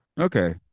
Okay